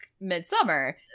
midsummer